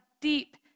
deep